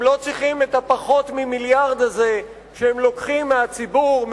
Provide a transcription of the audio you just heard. הם לא צריכים את הפחות-ממיליארד הזה שהם לוקחים מהציבור,